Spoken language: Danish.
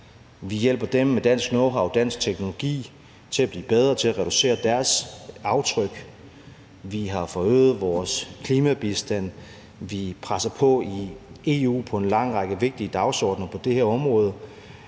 Vi hjælper dem med dansk knowhow, dansk teknologi til at blive bedre til at reducere deres aftryk. Vi har forøget vores klimabistand. Vi presser på i EU på en lang række vigtige dagsordener på det her område.